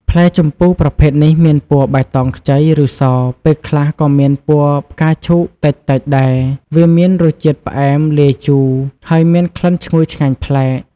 ផ្លែជម្ពូប្រភេទនេះមានពណ៌បៃតងខ្ចី ឬ ស ពេលខ្លះក៏មានពណ៌ផ្កាឈូកតិចៗដែរ វាមានរសជាតិផ្អែមលាយជូរ ហើយមានក្លិនឈ្ងុយឆ្ងាញ់ប្លែក។